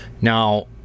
Now